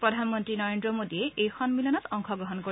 প্ৰধানমন্তী নৰেন্দ্ৰ মোদীয়ে এই সন্মিলনত অংশগ্ৰহণ কৰিব